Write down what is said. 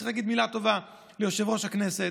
צריך להגיד מילה טובה ליושב-ראש הכנסת.